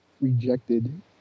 rejected